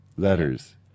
letters